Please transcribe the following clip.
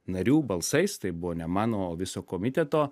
narių balsais tai buvo ne mano o viso komiteto